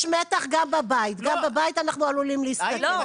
יש מתח גם בבית, גם בבית אנחנו עלולים להסתכן.